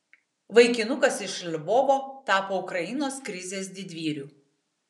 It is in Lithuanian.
vaikinukas iš lvovo tapo ukrainos krizės didvyriu